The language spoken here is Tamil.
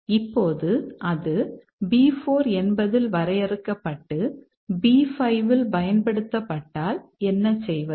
இப்போது அது B4 என்பதில் வரையறுக்கப்பட்டு B5 இல் பயன்படுத்தப்பட்டால் என்ன செய்வது